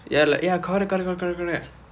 ya like correct correct correct correct correct